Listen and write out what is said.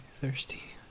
thirsty